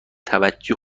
توجه